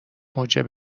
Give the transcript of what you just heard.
موجب